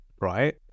right